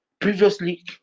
previously